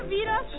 wieder